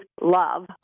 love